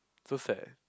so sad eh